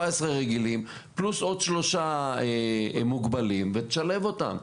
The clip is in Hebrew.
רגילים פלוס עוד שלושה מוגבלים ותשלב אותם,